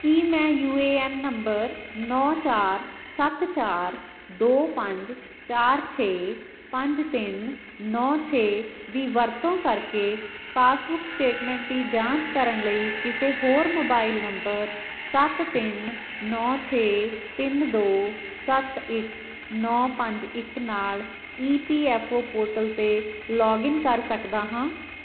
ਕੀ ਮੈ U A N number ਨੌ ਚਾਰ ਸੱਤ ਚਾਰ ਦੋ ਪੰਜ ਚਾਰ ਛੇ ਪੰਜ ਤਿੰਨ ਨੌ ਛੇ ਦੀ ਵਰਤੋਂ ਕਰਕੇ ਪਾਸਬੁੱਕ ਸਟੇਟਮੇੈਂਟ ਦੀ ਜਾਂਚ ਕਰਨ ਲਈ ਕਿਸੇ ਹੋਰ ਮੋਬਾਇਲ ਨੰਬਰ ਸੱਤ ਤਿੰਨ ਨੌ ਛੇ ਤਿੰਨ ਦੋ ਸੱਤ ਇੱਕ ਨੌ ਪੰਜ ਇੱਕ ਨਾਲ E P F O portal ਤੇ ਲੋਗਿਨ ਕਰ ਸਕਦਾ ਹਾਂ